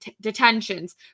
detentions